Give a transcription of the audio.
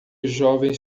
jovens